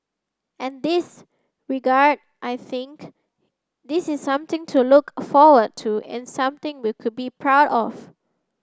and this regard I think this is something to look forward to and something we could be proud of